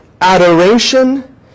adoration